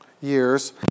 years